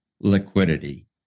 liquidity